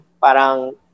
Parang